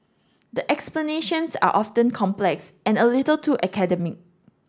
the explanations are often complex and a little too academic